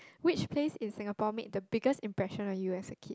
which place in Singapore made the biggest impression on you as a kid